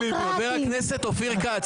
חבר הכנסת אופיר כץ,